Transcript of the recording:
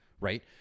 right